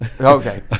Okay